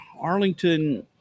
Arlington